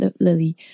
Lily